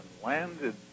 landed